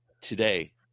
today